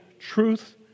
truth